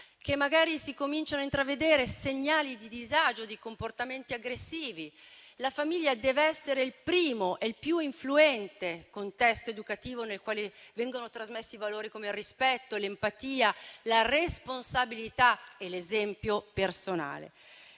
che magari si cominciano a intravedere segnali di disagio o comportamenti aggressivi. La famiglia deve essere il primo e il più influente contesto educativo nel quale vengono trasmessi valori come il rispetto, l'empatia, la responsabilità e l'esempio personale.